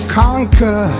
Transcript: conquer